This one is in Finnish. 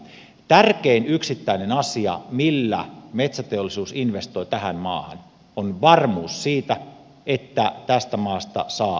tärkein yksittäinen asia millä metsäteollisuus investoi tähän maahan on varmuus siitä että tästä maasta saa raaka ainetta